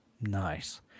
Nice